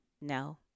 no